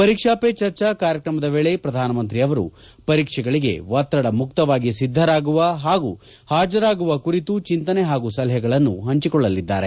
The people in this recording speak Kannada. ಪರೀಕ್ಸಾ ಪೇ ಚರ್ಚಾ ಕಾರ್ಯಕ್ರಮದ ವೇಳೆ ಪ್ರಧಾನಮಂತ್ರಿ ಅವರು ಪರೀಕ್ಷೆಗಳಿಗೆ ಒತ್ತಡ ಮುಕ್ತವಾಗಿ ಸಿದ್ದರಾಗುವ ಹಾಗೂ ಹಾಜರಾಗುವ ಕುರಿತು ಚಿಂತನೆ ಹಾಗೂ ಸಲಹೆಗಳನ್ನು ಹಂಚಿಕೊಳ್ಳಲಿದ್ದಾರೆ